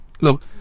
look